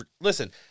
listen